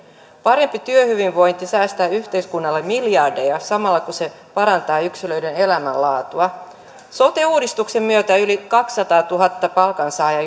parempi työhyvinvointi säästää yhteiskunnalle miljardeja samalla kun se parantaa yksilöiden elämänlaatua sote uudistuksen myötä yli kaksisataatuhatta palkansaajaa